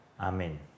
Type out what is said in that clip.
Amen